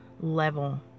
level